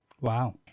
Wow